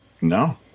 No